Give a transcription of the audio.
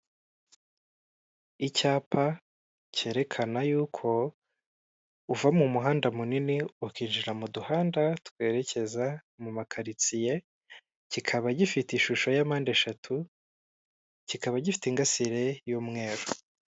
Icyapa cyerekana yuko uva mu muhanda munini, ukinjira mu duhanda twerekeza mu makaritsiye, kikaba gifite ishusho y'impande eshatu, kikaba gifite ingasire y'umweru.